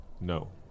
No